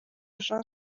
jean